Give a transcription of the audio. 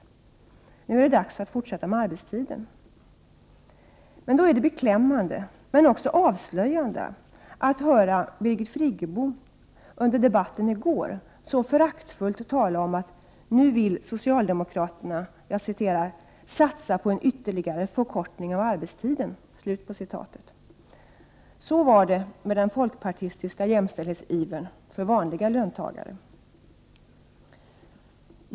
Nu är det dags att fortsätta med arbetstiden. Då är det beklämmande, men också avslöjande, att höra Birgit Friggebo under debatten i går så föraktfullt tala om att nu vill socialdemokraterna ”satsa på en ytterligare förkortning av arbetstiden”. Så var det med den folkpartistiska jämställdshetsivern för vanliga löntagare.